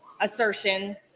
assertion